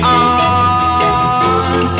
on